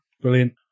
Brilliant